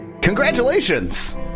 Congratulations